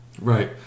Right